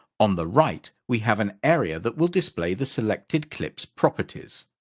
on the right we have an area that will display the selected clips properties.